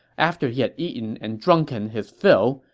after he had eaten and drunk and his fill,